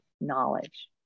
knowledge